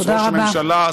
ראש הממשלה,